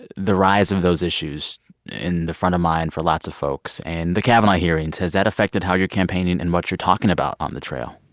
the rise of those issues in the front-of-mind for lots of folks and the kavanaugh hearings, has that affected how your campaigning and what you're talking about on the trail?